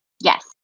Yes